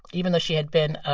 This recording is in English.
even though she had been an